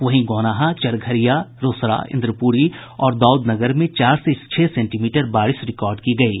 वहीं गौनाहा चरघरिया रोसड़ा इंद्रपुरी और दाउदनगर में चार से छह सेंटीमीटर बारिश रिकॉर्ड की गयी